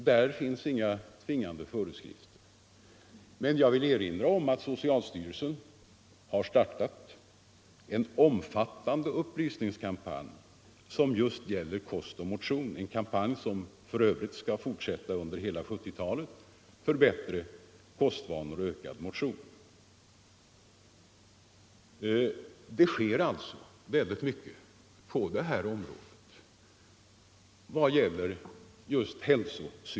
Där finns inga tvingande föreskrifter, men jag vill erinra om att socialstyrelsen har startat en omfattande upplysningskampanj för bättre kostvanor och ökad motion, en kampanj som för övrigt skall fortsätta under hela 1970-talet. Det sker alltså mycket på det här området.